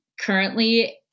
currently